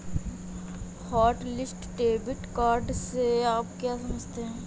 Hotlist debit card से आप क्या समझते हैं?